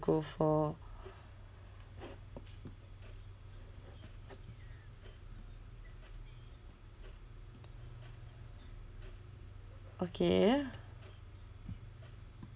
go for okay